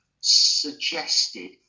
suggested